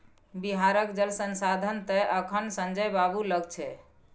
बिहारक जल संसाधन तए अखन संजय बाबू लग छै